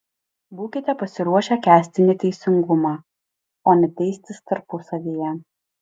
būkite pasiruošę kęsti neteisingumą o ne teistis tarpusavyje